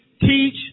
Teach